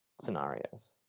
scenarios